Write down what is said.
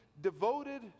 devoted